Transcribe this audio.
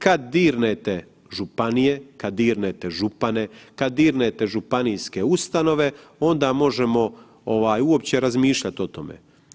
Kad dirnete županije, kad dirnete župane, kad dirnete županijske ustanove onda možemo ovaj uopće razmišljat o tome.